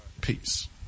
Peace